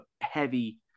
heavy